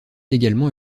également